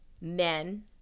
men